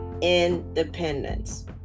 independence